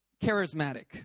Charismatic